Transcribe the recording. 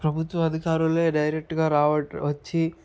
ప్రభుత్వ అధికారులే డైరెక్ట్గా రావడం వచ్చి